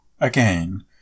Again